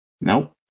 Nope